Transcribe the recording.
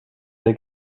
der